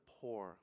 poor